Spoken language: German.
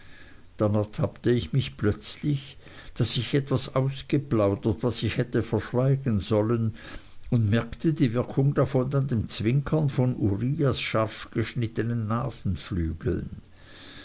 dann ertappte ich mich plötzlich daß ich etwas ausgeplaudert was ich hätte verschweigen sollen und merkte die wirkung davon an dem zwinkern von uriahs scharfgeschnittenen